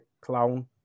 clown